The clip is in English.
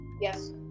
yes